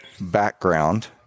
background